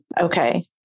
Okay